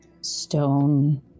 stone